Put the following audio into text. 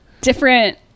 Different